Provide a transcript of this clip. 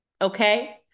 Okay